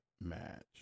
match